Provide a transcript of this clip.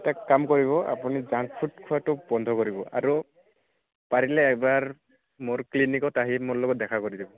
এটা কাম কৰিব আপুনি জাংক ফুড খোৱাটো বন্ধ কৰিব আৰু পাৰিলে এবাৰ মোৰ ক্লিনিকত আহি মোৰ লগত দেখা কৰি যাব